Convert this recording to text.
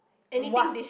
what